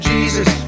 Jesus